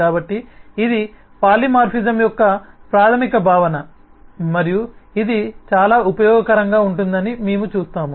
కాబట్టి ఇది పాలిమార్ఫిజం యొక్క ప్రాథమిక భావన మరియు ఇది చాలా ఉపయోగకరంగా ఉంటుందని మేము చూస్తాము